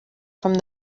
from